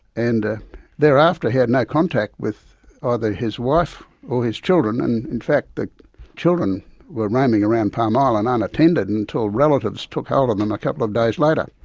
and thereafter he had no contact with either his wife or his children, and in fact the children were roaming around palm island island unattended until relatives took hold um them a couple of days later.